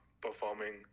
performing